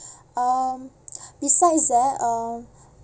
um besides that um